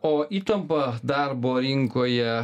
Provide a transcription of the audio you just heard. o įtampa darbo rinkoje